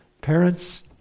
parents